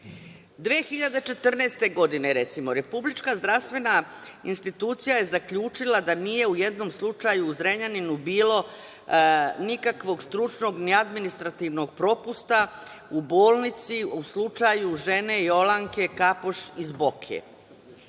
2014. republička zdravstvena institucija je zaključila da nije u jednom slučaju u Zrenjaninu bilo nikakvog stručnog, ni administrativnog propusta u bolnici u slučaju žene Jolanke Kapoš iz Boke,